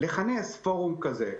לכנס פורום כזה,